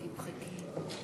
גברתי היושבת-ראש,